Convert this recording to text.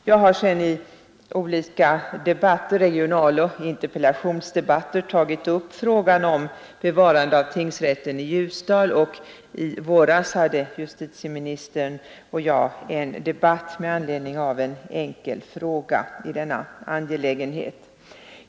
Jag har sedan i olika debatter — regionalpolitiska debatter och interpellationsdebatter — tagit upp frågan om bevarandet av tingsrätten i Ljusdal. I våras hade justitieministern och jag en debatt med anledning av en enkel fråga i denna angelägenhet.